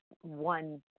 one